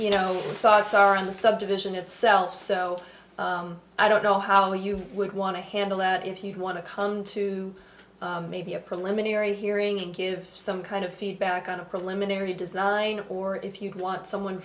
you know thoughts are in the subdivision itself so i don't know how you would want to handle that if you want to come to maybe a preliminary hearing and give some kind of feedback on a preliminary design or if you want someone